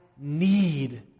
need